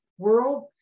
World